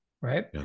Right